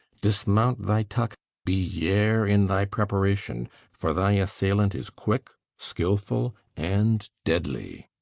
dismount thy tuck, be yare in thy preparation for thy assailant is quick, skilful, and deadly.